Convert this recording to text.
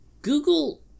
Google